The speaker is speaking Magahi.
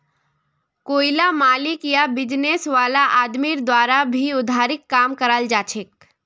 कोईला मालिक या बिजनेस वाला आदमीर द्वारा भी उधारीर काम कराल जाछेक